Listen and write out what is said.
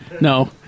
No